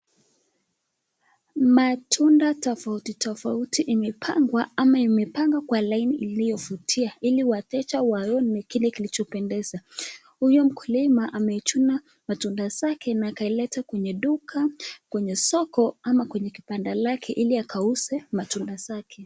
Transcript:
Matunda tofauti tofauti imepangwa ama imepanga kwa laini iliyovutia ili wateja waone kile kilichopendeza. Huyu mkulima amechuna matunda zake na akaleta kwenye duka kwenye soko ama kwenye kibanda lake ili akauze matunda zake.